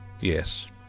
Yes